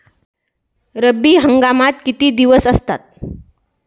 रब्बी हंगामात किती दिवस असतात?